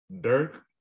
Dirk